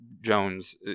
jones